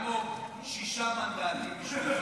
שש מנדטים.